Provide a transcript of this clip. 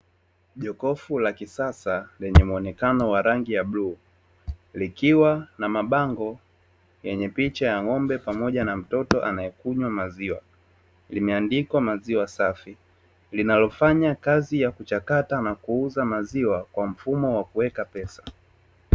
Jokofu la kisasa lenye muonekano wa rangi ya bluu, likiwa na mabango yenye picha ya ng'ombe pamoja na mtoto anayekunywa maziwa, limeandikwa "maziwa safi" linalofanya kazi ya kuchakata na kuuza maziwa kwa mfumo wa kuweka pesa.